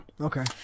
Okay